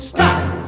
Stop